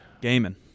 gaming